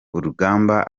urugamba